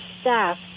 staff